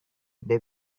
they